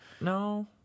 No